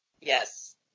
Yes